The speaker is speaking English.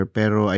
pero